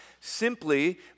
simply